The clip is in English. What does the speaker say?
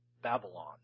Babylon